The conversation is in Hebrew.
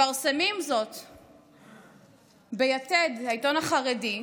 מפרסמים זאת ביתד, העיתון החרדי,